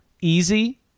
easy